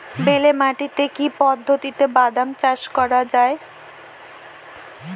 বেলে মাটিতে কি পদ্ধতিতে বাদাম চাষ করা যায়?